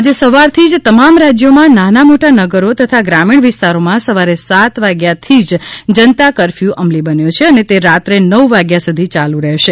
આજે સવારથી જ તમામ રાજ્યોમાં નાના મોટા નગરો તથા ગ્રામીણ વિસ્તારોમાં સવારે સાત વાગ્યાથી જ જનતા કરફથુ અમલી બન્યો છે અને તે રાત્રે નવ વાગ્યા સુધી યાલુ રહેશે